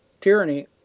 tyranny